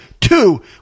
two